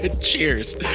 Cheers